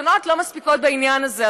תקנות לא מספיקות בעניין הזה,